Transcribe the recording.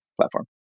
platform